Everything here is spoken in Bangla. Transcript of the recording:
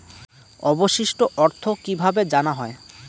অবশিষ্ট অর্থ কিভাবে জানা হয়?